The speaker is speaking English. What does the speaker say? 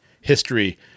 history